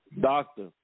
Doctor